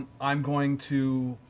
i'm going to